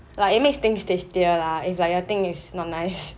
like it makes things tastier lah if like your thing is not nice